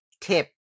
tip